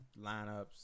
lineups